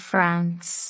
France